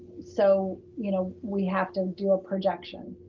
so, you know, we have to do a projection.